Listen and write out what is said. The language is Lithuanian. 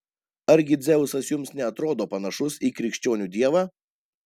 argi dzeusas jums neatrodo panašus į krikščionių dievą